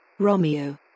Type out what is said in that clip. Romeo